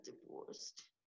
divorced